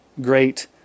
great